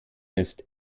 ist